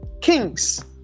kings